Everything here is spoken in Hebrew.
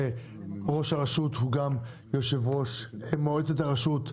שראש הרשות הוא גם יושב ראש מועצת הרשות,